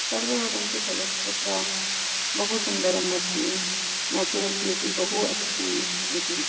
सर्वे वदन्ति खलु तत्र बहु सुन्दरम् अस्ति नेचुरल् ब्यूटि बहु अस्ति इति